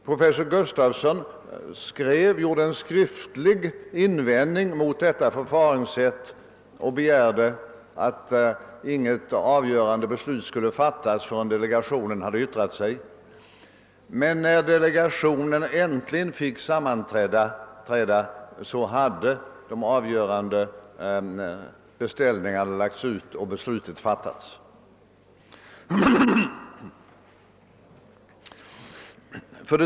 Professor Gustafson gjorde en skriftlig invändning mot detta förfaringssätt och begärde att inget avgörande beslut skulle fattas förrän delegationen hade yttrat sig, men när den äntligen fick sammanträda hade de avgörande beställningarna lagts ut och beslutet fattats.